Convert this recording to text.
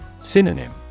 Synonym